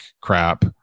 crap